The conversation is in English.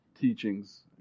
teachings